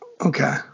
Okay